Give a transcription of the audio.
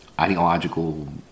ideological